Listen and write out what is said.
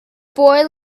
boy